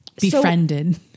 Befriended